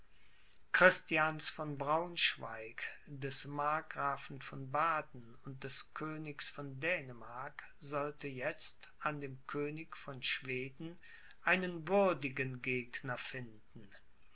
christians von braunschweig des markgrafen von baden und des königs von dänemark sollte jetzt an dem könig von schweden einen würdigen gegner finden